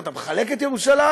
אתה מחלק את ירושלים.